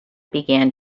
began